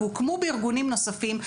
והוקמו בארגונים נוספים,